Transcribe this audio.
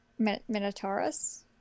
Minotaurus